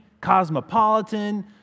cosmopolitan